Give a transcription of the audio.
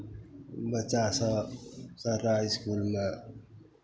बच्चासभ सरकारी इसकुलमे